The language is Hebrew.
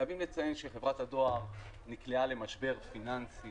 חייבים לציין שחברת הדואר נקלעה למשבר פיננסי